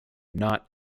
not